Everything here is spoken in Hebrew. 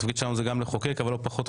התפקיד שלנו הוא לחוקק ולפקח.